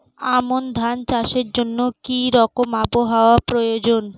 আমন ধান চাষের জন্য কি রকম আবহাওয়া প্রয়োজন?